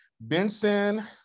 Benson